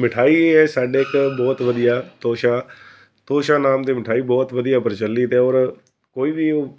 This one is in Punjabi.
ਮਿਠਾਈ ਹੈ ਸਾਡੇ ਇੱਕ ਬਹੁਤ ਵਧੀਆ ਤੋਸ਼ਾ ਤੋਸ਼ਾ ਨਾਮ ਦੀ ਮਿਠਾਈ ਬਹੁਤ ਵਧੀਆ ਪ੍ਰਚਲਿਤ ਹੈ ਔਰ ਕੋਈ ਵੀ ਉਹ